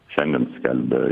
šiandien skelbia